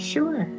Sure